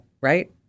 right